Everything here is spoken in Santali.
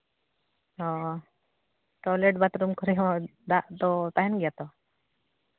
ᱦᱚᱸ ᱴᱚᱭᱞᱮᱹᱴ ᱵᱟᱛᱷᱨᱩᱢ ᱠᱚᱨᱮ ᱦᱚᱸ ᱫᱟᱜ ᱫᱚ ᱛᱟᱦᱮᱱ ᱜᱮᱭᱟ ᱛᱚ